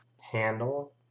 handle